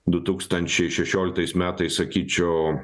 du tūkstančiai šešioliktais metais sakyčiau